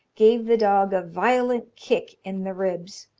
gave the dog a violent kick in the ribs,